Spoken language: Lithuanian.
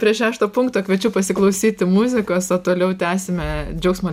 prie šešto punkto kviečiu pasiklausyti muzikos o toliau tęsime džiaugsmo